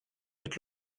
mit